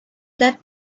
that